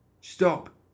Stop